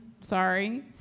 sorry